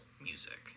music